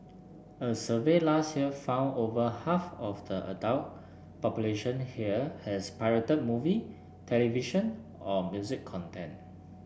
a survey last year found over half of the adult population here has pirated movie television or music content